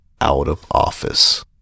out-of-office